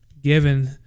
given